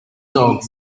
dog